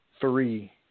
three